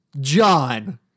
John